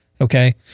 Okay